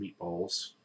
meatballs